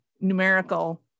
numerical